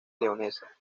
leonesa